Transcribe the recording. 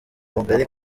mugari